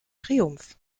triumph